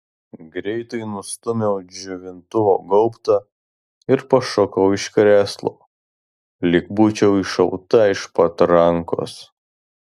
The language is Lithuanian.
greitai nustūmiau džiovintuvo gaubtą ir pašokau iš krėslo lyg būčiau iššauta iš patrankos